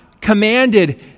commanded